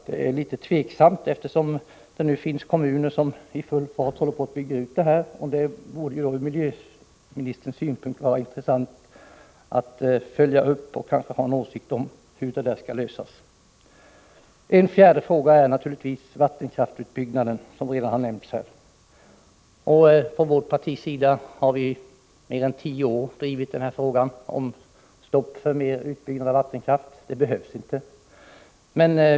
Det är litet bekymmersamt, eftersom det nu finns kommuner som är i full fart med att bygga upp anläggningar av detta slag. Det vore intressant att höra miljöministerns åsikt om hur detta problem skall lösas. Den fjärde frågan gäller vattenkraftsutbyggnaden, som redan har nämnts här. Vårt parti har i mer än tio år drivit frågan om ett stopp för vidare utbyggnad av vattenkraften. Den behövs inte.